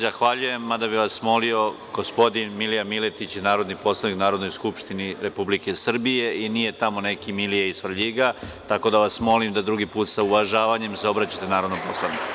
Zahvaljujem gospođo Čomić, mada bih vas molio, gospodin Milija Miletić je narodni poslanik Narodne skupštine Republike Srbije i nije tamo neki Milija iz Svrljiga, tako da vas molim da drugi put sa uvažavanjem se obraćate narodnom poslaniku.